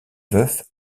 veuf